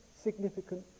significant